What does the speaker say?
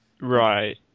Right